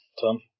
Tom